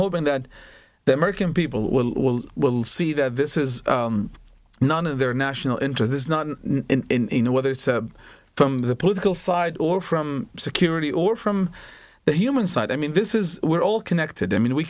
hoping that the american people will will see that this is none of their national interest is not in a whether it's from the political side or from security or from the human side i mean this is we're all connected i mean we